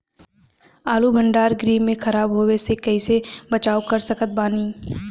आलू भंडार गृह में खराब होवे से कइसे बचाव कर सकत बानी?